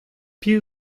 piv